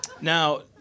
Now